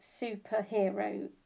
superhero